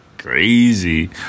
Crazy